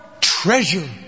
treasure